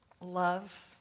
Love